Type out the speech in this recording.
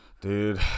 Dude